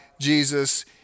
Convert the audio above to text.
Jesus